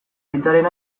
aitaren